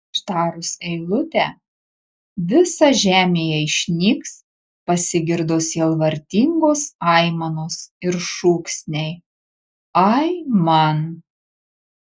ištarus eilutę visa žemėje išnyks pasigirdo sielvartingos aimanos ir šūksniai aiman